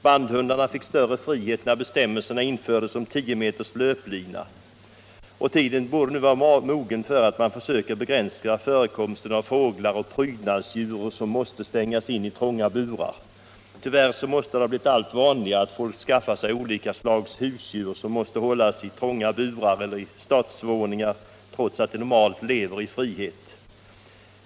Bandhundarna fick större frihet när bestämmelserna om 10 meters löplina o.d. infördes. Tiden borde nu vara mogen att försöka begränsa förekomsten av fåglar och andra ”prydnadsdjur” som måste stängas in i trånga burar. Tyvärr har det blivit allt vanligare att folk skaffar sig olika slags husdjur, som måste hållas i trånga burar eller stadsvåningar trots att de normalt lever i frihet.